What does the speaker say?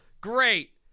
great